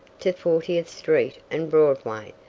to fortieth street and broadway,